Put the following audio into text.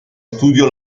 studio